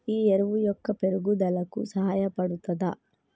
ఈ ఎరువు మొక్క పెరుగుదలకు సహాయపడుతదా?